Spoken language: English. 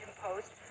Post